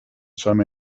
some